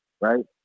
right